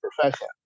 profession